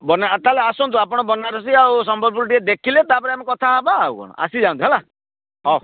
ତା' ହେଲେ ଆସନ୍ତୁ ଆପଣ ବନାରସୀ ଆଉ ସମ୍ବଲପୁରୀ ଟିକେ ଦେଖିଲେ ତାପରେ ଆମେ କଥା ହେବା ଆଉ କ'ଣ ଆସି ଯାଆନ୍ତୁ ହେଲା ହଉ